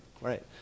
Right